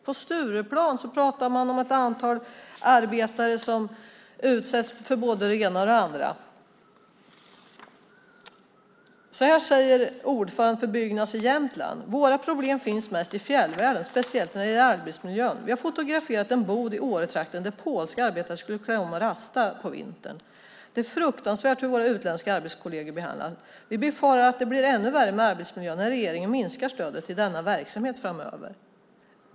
På Stureplan pratar man om ett antal arbetare som utsätts för både det ena och det andra. Så här säger ordföranden för Byggnads i Jämtland: Våra problem finns mest i fjällvärlden, speciellt när det gäller arbetsmiljön. Vi har fotograferat en bod i Åretrakten där polska arbetare skulle klä om och rasta på vintern. Det är fruktansvärt hur våra utländska arbetskolleger behandlas. Vi befarar att det blir ännu värre med arbetsmiljön när regeringen minskar stödet till denna verksamhet framöver.